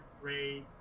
Great